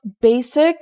basic